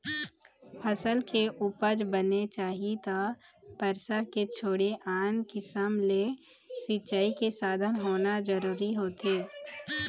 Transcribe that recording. फसल के उपज बने चाही त बरसा के छोड़े आन किसम ले सिंचई के साधन होना जरूरी होथे